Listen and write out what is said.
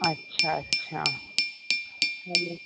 अच्छा अच्छा हलो